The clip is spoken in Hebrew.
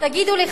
תגידו לי,